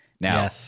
Now